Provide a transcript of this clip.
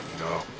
No